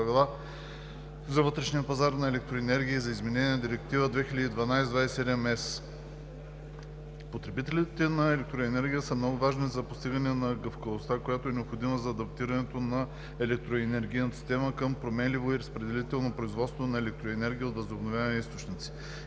Потребителите на електроенергия са много важни за постигане на гъвкавостта, която е необходима за адаптирането на електроенергийната система към променливо и разпределено производство на електроенергия от възобновяеми източници.